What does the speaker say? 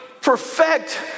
perfect